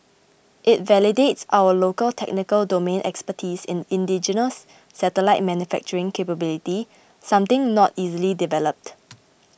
it validates our local technical domain expertise in indigenous satellite manufacturing capability something not easily developed